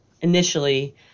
initially